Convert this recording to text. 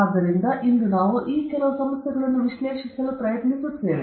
ಆದ್ದರಿಂದ ಇಂದು ನಾವು ಈ ಕೆಲವು ಸಮಸ್ಯೆಗಳನ್ನು ವಿಶ್ಲೇಷಿಸಲು ಪ್ರಯತ್ನಿಸುತ್ತೇವೆ